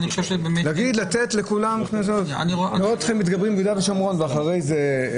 נראה אתכם מתגברים ביהודה ושומרון ואחרי זה...